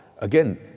Again